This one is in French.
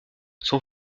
son